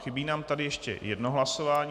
Chybí nám tady ještě jedno hlasování.